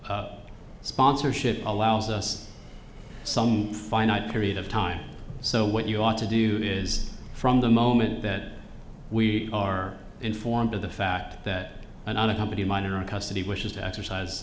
sponsorship allows us some finite period of time so what you ought to do is from the moment that we are informed of the fact that an unaccompanied minor in custody wishes to exercise